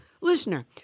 Listener